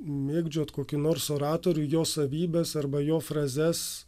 mėgdžiot kokį nors oratorių jo savybes arba jo frazes